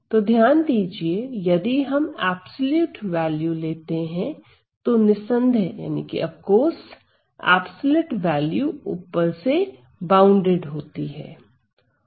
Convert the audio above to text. तो ध्यान दीजिए यदि हम अब्सोल्युट वैल्यू लेते हैं तो निस्संदेह अब्सोल्युट वैल्यू ऊपर से बॉउंडेड है